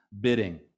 bidding